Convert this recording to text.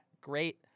great